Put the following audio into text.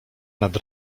nad